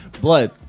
Blood